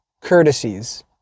courtesies